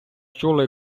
чули